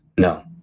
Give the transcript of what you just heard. no,